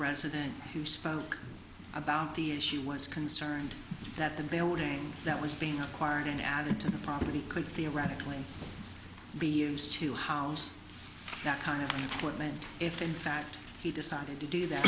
president who spoke about the issue was concerned that the building that was being acquired and added to the property could theoretically be used to house that kind of what meant if in fact he decided to do that